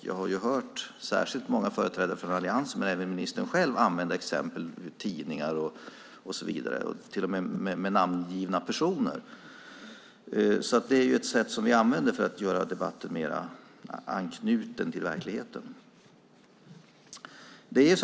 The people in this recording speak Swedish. Jag har ju hört, särskilt många företrädare för Alliansen och även ministern själv använda exempel ur tidningar och så vidare, till och med har personer blivit namngivna. Det är ju ett sätt som vi använder för att göra debatten mer anknuten till verkligheten.